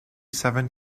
seven